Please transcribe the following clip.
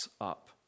up